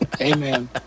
Amen